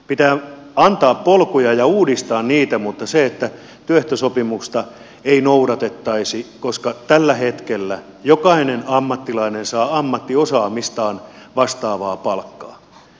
pitää antaa polkuja ja uudistaa niitä mutta ei niin että työehtosopimusta ei noudatettaisi koska tällä hetkellä jokainen ammattilainen saa ammattiosaamistaan vastaavaa palkkaa